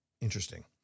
interesting